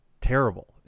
terrible